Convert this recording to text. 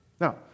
Now